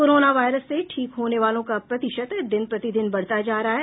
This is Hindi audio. कोरोना वायरस से ठीक होने वालों का प्रतिशत दिन प्रतिदिन बढ़ता जा रहा है